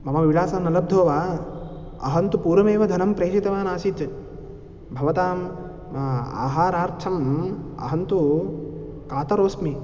मम विलासं न लब्धो वा अहं तु पूर्वमेव धनं प्रेषितवानासीत् भवताम् आहारार्थम् अहं तु कातरोस्मि